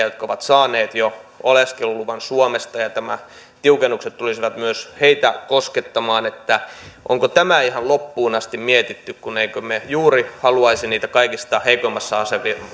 jotka ovat saaneet jo oleskeluluvan suomesta ja nämä tiukennukset tulisivat myös heitä koskettamaan onko tämä ihan loppuun asti mietitty emmekö me me juuri haluaisi niiden kaikista heikoimmassa